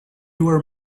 were